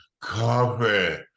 coffee